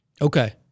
Okay